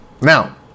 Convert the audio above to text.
Now